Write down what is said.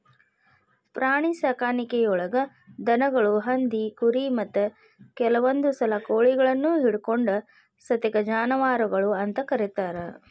ಪ್ರಾಣಿಸಾಕಾಣಿಕೆಯೊಳಗ ದನಗಳು, ಹಂದಿ, ಕುರಿ, ಮತ್ತ ಕೆಲವಂದುಸಲ ಕೋಳಿಗಳನ್ನು ಹಿಡಕೊಂಡ ಸತೇಕ ಜಾನುವಾರಗಳು ಅಂತ ಕರೇತಾರ